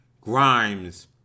Grimes